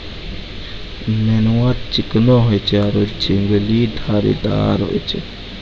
नेनुआ चिकनो होय छै आरो झिंगली धारीदार होय छै